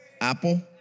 Apple